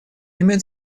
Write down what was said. имеет